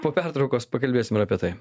po pertraukos pakalbėsim ir apie tai